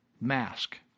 mask